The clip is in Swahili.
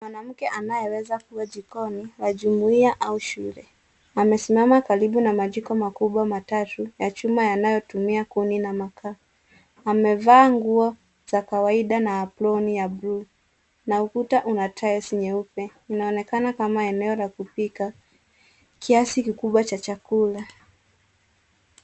Mwanamke anayeweza kuwa jikoni wa jumuia au shule amesimama karibu na majiko makubwa matatu ya chuma yanayotumia kuni na makaa. Amevaa nguo za kawaida na aproni ya bluu na ukuta una tiles nyeupe. Inaonekana kama eneo la kupika kiasi kikubwa cha chakula.